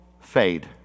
fade